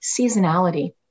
seasonality